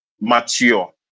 mature